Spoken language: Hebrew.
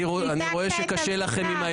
אני רואה שקשה לכם עם האמת.